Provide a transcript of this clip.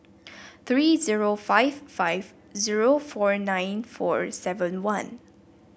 three zero five five zero four nine four seven one